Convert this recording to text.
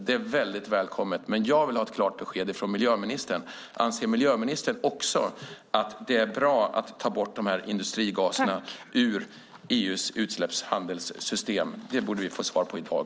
Det är mycket välkommet, men jag vill ha ett klart besked om även miljöministern anser att det är bra att ta bort dessa industrigaser ur EU:s utsläppshandelssystem. Det borde vi få svar på i dag.